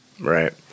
right